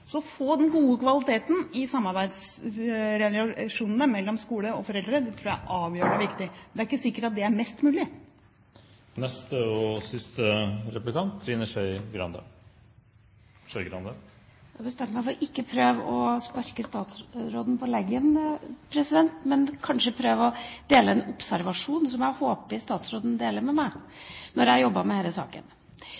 Så det å få den gode kvaliteten i samarbeidsrelasjonen skole–foreldre, tror jeg er avgjørende viktig – men det er ikke sikkert at det er mest mulig. Jeg har bestemt meg for ikke å prøve å sparke statsråden på leggen, men heller dele en observasjon med henne som jeg gjorde da jeg jobbet med